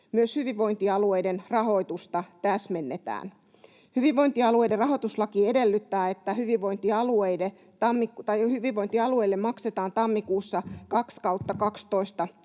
Myös hyvinvointialueiden rahoitusta täsmennetään. Hyvinvointialueiden rahoituslaki edellyttää, että hyvinvointialueille maksetaan tammikuussa kaksi